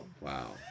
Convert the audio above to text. wow